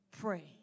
Pray